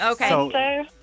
Okay